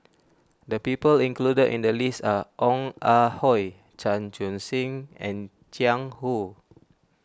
the people included in the list are Ong Ah Hoi Chan Chun Sing and Jiang Hu